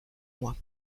mois